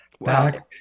Back